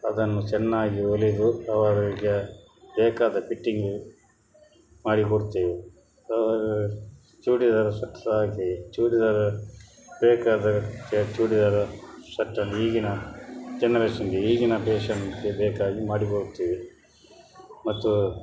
ಅದನ್ನು ಚೆನ್ನಾಗಿ ಹೊಲಿದು ಅವರಿಗೆ ಬೇಕಾದ ಫಿಟ್ಟಿಂಗು ಮಾಡಿ ಕೊಡುತ್ತೇವೆ ಚೂಡಿದಾರ ಸೆಟ್ ಸಹ ಹಾಗೆಯೇ ಚೂಡಿದಾರ ಬೇಕಾದ ರೀತಿಯ ಚೂಡಿದಾರ ಸೆಟ್ಟಲ್ಲಿ ಈಗಿನ ಜನರೇಷನ್ನಿಗೆ ಈಗಿನ ಪೇಶನ್ನಿಗೆ ಬೇಕಾಗಿ ಮಾಡಿ ಕೊಡುತ್ತೇವೆ ಮತ್ತು